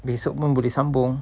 besok pun boleh sambung